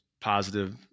positive